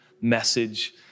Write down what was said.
message